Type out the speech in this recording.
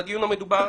לדיון המדובר